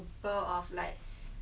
orh clean your room